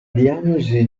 diagnosi